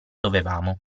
dovevamo